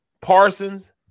Parsons